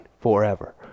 forever